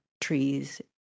trees